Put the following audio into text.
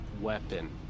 weapon